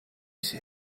see